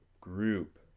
group